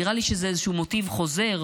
נראה לי שזה איזה מוטיב חוזר,